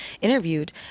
interviewed